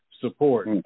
support